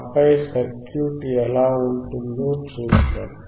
ఆపై సర్క్యూట్ ఎలా ఉంటుందో చూద్దాం